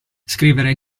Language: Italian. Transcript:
scrivere